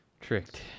tricked